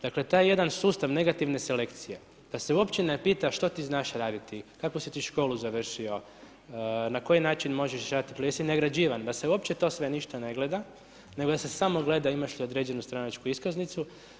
Dakle taj jedan sustav negativne selekcije, da se uopće ne pita što ti znaš raditi, kakvu si ti školu završio, na koji način možeš, jesi nagrađivan, da se uopće to sve ništa ne gleda, nego da se samo gleda imaš li određenu stranačku iskaznicu.